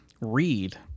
read